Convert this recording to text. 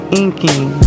inking